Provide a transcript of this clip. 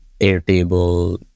Airtable